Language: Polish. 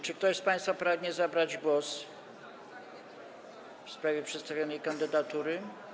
Czy ktoś z państwa pragnie zabrać głos w sprawie przedstawionej kandydatury?